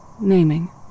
Naming